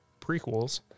prequels